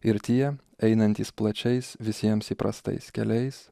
ir tie einantys plačiais visiems įprastais keliais